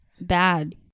bad